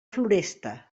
floresta